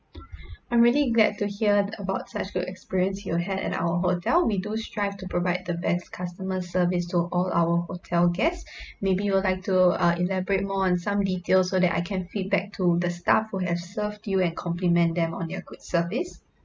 I'm really glad to hear about such good experience your had at our hotel we do strive to provide the best customer service to all our hotel guests maybe you would like to uh elaborate more on some details so that I can feedback to the staff who have served you and compliment them on their good service